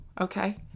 Okay